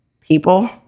people